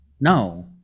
no